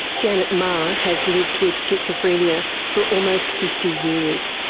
janet meagher has lived with schizophrenia for almost fifty years.